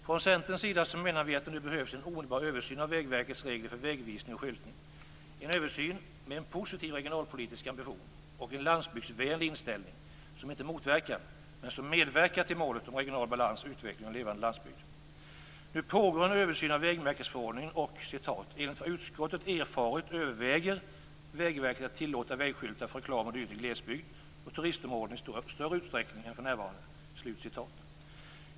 Från Centerns sida menar vi att det nu behövs en omedelbar översyn av Vägverkets regler för vägvisning och skyltning, en översyn med en positiv regionalpolitisk ambition och en landsbygdsvänlig inställning som inte motverkar, men som medverkar till målet om regional balans, utveckling och en levande landsbygd. Nu pågår en översyn av vägmärkesförordningen och "enligt vad utskottet erfarit överväger Vägverket att tillåta vägskyltar för reklam o.d. i glesbygd och turistområden i större utsträckning än för närvarande".